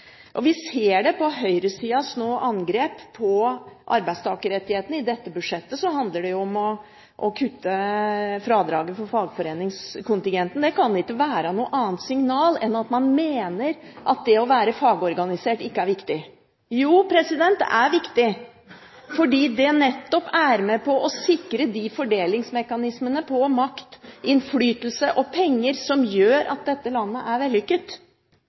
Norge. Vi ser det nå på høyresidens angrep på arbeidstakerrettighetene. I dette budsjettet handler det om å kutte fradraget for fagforeningskontingenten. Det kan ikke være noe annet signal enn at man mener at det å være fagorganisert, ikke er viktig. Jo, det er viktig, fordi det nettopp er med på å sikre de fordelingsmekanismene på makt, innflytelse og penger som gjør at dette landet er vellykket.